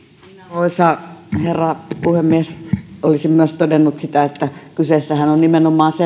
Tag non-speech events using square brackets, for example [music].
arvoisa herra puhemies olisin myös todennut sen että kyseessähän on nimenomaan se [unintelligible]